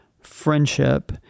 friendship